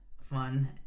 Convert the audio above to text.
fun